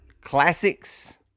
Classics